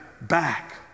back